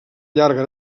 llarga